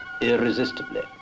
irresistibly